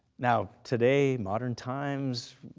now today, modern times,